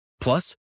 Plus